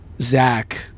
zach